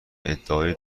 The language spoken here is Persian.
ادعای